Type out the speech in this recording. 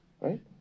Right